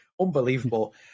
unbelievable